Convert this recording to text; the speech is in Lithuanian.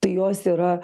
tai jos yra